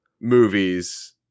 movies